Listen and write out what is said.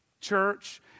church